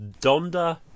Donda